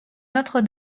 notre